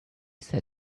said